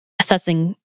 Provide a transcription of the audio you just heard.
Assessing